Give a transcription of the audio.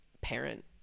parent